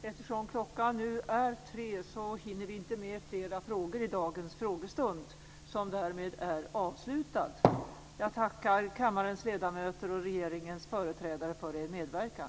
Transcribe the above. Eftersom klockan nu är 15.00 hinner vi inte med fler frågor i dagens frågestund, som härmed är avslutad. Jag tackar kammarens ledamöter och regeringens företrädare för er medverkan.